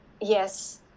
yes